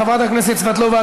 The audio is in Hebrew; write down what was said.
חברת הכנסת סבטלובה,